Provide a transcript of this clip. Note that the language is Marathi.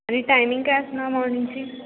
आणि टायमिंग काय असणार मॉर्निंगची